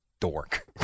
dork